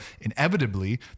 inevitably